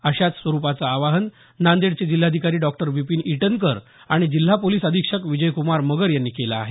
अशाच स्वरूपाचं आवाहन नांदेडचे जिल्हाधिकारी डॉ विपिन ईटनकर आणि जिल्हा पोलीस अधीक्षक विजयक्रमार मगर यांनी केलं आहे